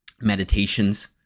meditations